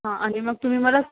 हा आणि मग तुम्ही मला